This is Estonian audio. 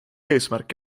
eesmärk